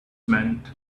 meant